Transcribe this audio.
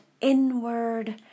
inward